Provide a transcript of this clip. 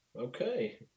Okay